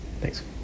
Thanks